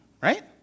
Right